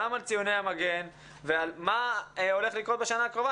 גם על ציוני המגן ועל מה הולך לקרות בשנה הקרובה